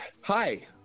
Hi